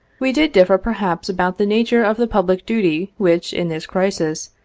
we did differ perhaps about the nature of the public duty which, in this crisis,